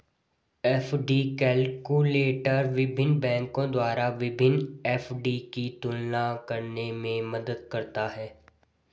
FD calculator विभिन्न बैंकों द्वारा विभिन्न एफ.डी की तुलना करने में मदद करता है